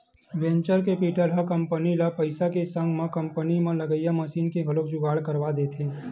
venture capital ह company ल पइसा के संग म कंपनी म लगइया मसीन के घलो जुगाड़ करवा देथे